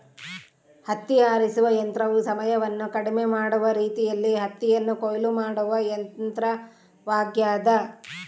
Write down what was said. ಹತ್ತಿ ಆರಿಸುವ ಯಂತ್ರವು ಸಮಯವನ್ನು ಕಡಿಮೆ ಮಾಡುವ ರೀತಿಯಲ್ಲಿ ಹತ್ತಿಯನ್ನು ಕೊಯ್ಲು ಮಾಡುವ ಯಂತ್ರವಾಗ್ಯದ